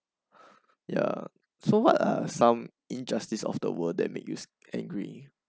ya so what are some injustice of the world that make you angry